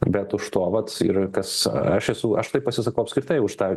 bet už to vat ir kas aš esu aš tai pasisakau apskritai už tą